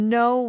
no